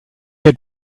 had